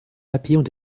papillons